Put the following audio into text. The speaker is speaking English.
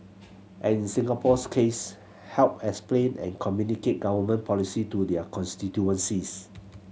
and in Singapore's case help explain and communicate Government policy to their constituencies